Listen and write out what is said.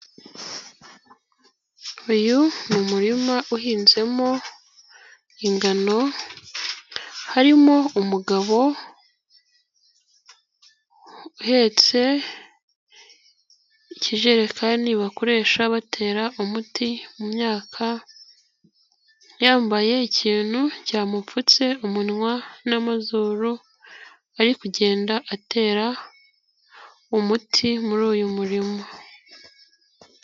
Uyu ni umurima uhinzemo ingano, harimo umugabo uhetse ikijerekani bakoresha batera umuti mu myaka, yambaye ikintu cyamupfutse umunwa n'amazuru ari kugenda atera umuti muri uyu murima.